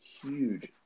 huge